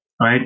right